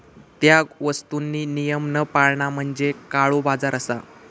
त्या वस्तुंनी नियम न पाळणा म्हणजे काळोबाजार असा